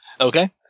Okay